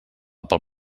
pel